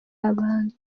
abandi